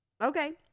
Okay